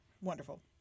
Wonderful